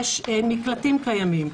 יש מקלטים קיימים,